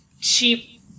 cheap